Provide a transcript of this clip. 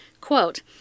Quote